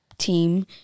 team